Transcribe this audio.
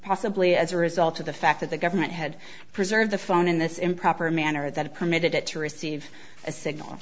possibly as a result of the fact that the government had preserved the phone in this improper man that permitted it to receive a signal